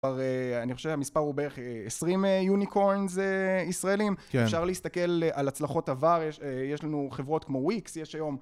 אבל אני חושב שהמספר הוא בערך 20 unicorns ישראלים אפשר להסתכל על הצלחות עבר יש לנו חברות כמו Wix יש היום